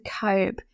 cope